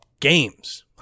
games